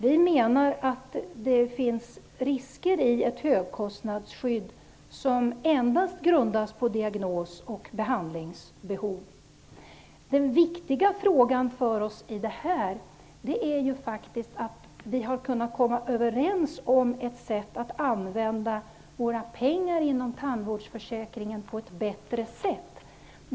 Vi menar att det finns risker med ett högkostnadsskydd som endast grundas på diagnos och behandlingsbehov. Det viktiga i den här frågan är att vi har kunnat komma överens om ett sätt att bättre använda våra pengar inom tandvårdsförsäkringen.